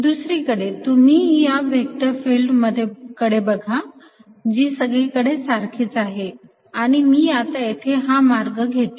दुसरीकडे तुम्ही या व्हेक्टर फिल्ड कडे बघा जी सगळीकडे सारखीच आहे आणि मी आता येथे हा मार्ग घेतो